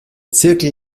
zirkel